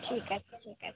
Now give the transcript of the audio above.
ঠিক আছে ঠিক আছে